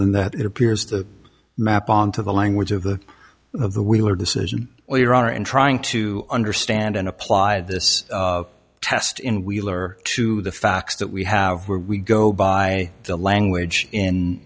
than that it appears the map on to the language of the of the wheeler decision well your honor in trying to understand and apply this test in wheeler to the facts that we have where we go by the language in